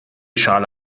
schale